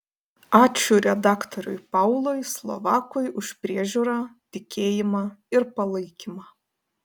ačiū redaktoriui paului slovakui už priežiūrą tikėjimą ir palaikymą